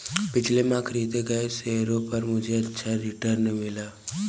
पिछले माह खरीदे गए शेयरों पर मुझे अच्छा रिटर्न मिला